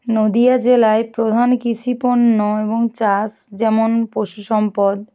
নদিয়া জেলায় প্রধান কৃষি পণ্য এবং চাষ যেমন পশু সম্পদ